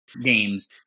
games